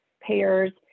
payers